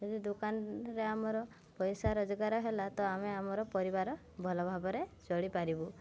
ଯଦି ଦୋକାନରେ ଆମର ପଇସା ରୋଜଗାର ହେଲା ତ ଆମେ ଆମର ପରିବାର ଭଲ ଭାବରେ ଚଳିପାରିବୁ